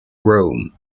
rome